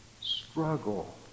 struggle